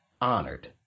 honored